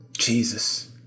Jesus